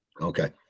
Okay